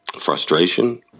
frustration